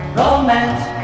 romance